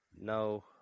No